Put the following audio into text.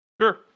Sure